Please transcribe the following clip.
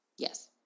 Yes